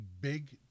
big